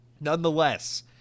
nonetheless